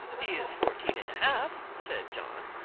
he is fourteen and a half, said john.